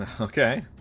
Okay